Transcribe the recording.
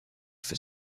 for